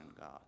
God